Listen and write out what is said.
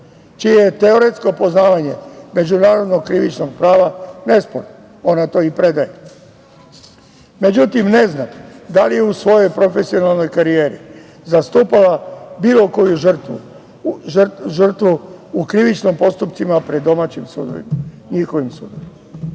čije je teoretsko poznavanje međunarodnog krivičnog prava nesporno, ona to i predaje. Međutim, ne znam da li je u svojoj profesionalnoj karijeri zastupala bilo koju žrtvu, žrtvu u krivičnim postupcima pred domaćim sudovima, njihovim sudovima.